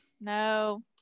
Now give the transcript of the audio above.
No